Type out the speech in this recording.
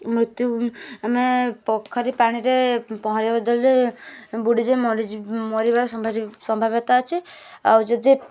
ମୃତ୍ୟୁ ଆମେ ପୋଖରୀ ପାଣିରେ ପହଁରିବା ବଦଳରେ ବୁଡ଼ି ମରିବାର ସମ୍ଭାବ୍ୟତା ଅଛି ଆଉ